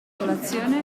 colazione